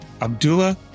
Abdullah